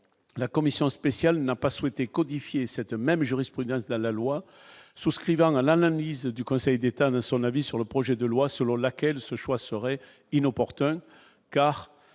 la commission spéciale n'a pas souhaité codifier cette même jurisprudence de dans la loi, souscrivant à l'analyse du Conseil d'État dans son avis sur le projet de loi selon laquelle ce choix serait inopportun, car